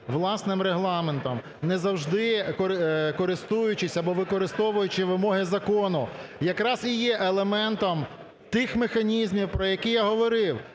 власним регламентом, не завжди користуючись або використовуючи вимоги закону, якраз і є елементом тих механізмів, про які я говорив.